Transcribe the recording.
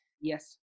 Yes